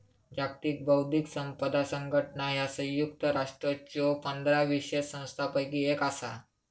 जागतिक बौद्धिक संपदा संघटना ह्या संयुक्त राष्ट्रांच्यो पंधरा विशेष संस्थांपैकी एक असा